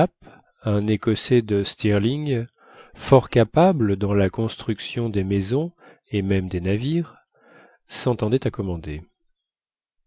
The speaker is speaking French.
un écossais de stirling fort capable dans la construction des maisons et même des navires s'entendait à commander